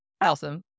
Awesome